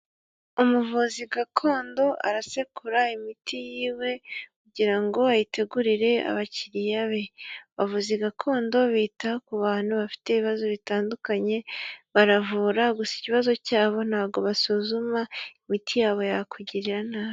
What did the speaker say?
Umuvuzi gakondo arasekura imiti y'iwe kugira ngo ayitegurire abakiriya be, abavuzi gakondo bita ku bantu bafite ibibazo bitandukanye baravura gusa ikibazo cyabo ntago basuzuma imiti yabo yakugirira nabi.